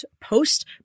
post